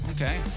Okay